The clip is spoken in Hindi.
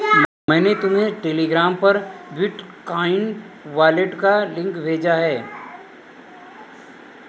मैंने तुम्हें टेलीग्राम पर बिटकॉइन वॉलेट का लिंक भेजा है